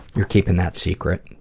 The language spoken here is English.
are keeping that secret.